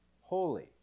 holy